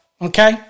okay